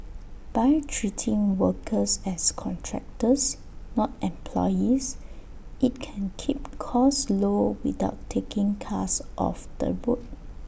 by treating workers as contractors not employees IT can keep costs low without taking cars off the road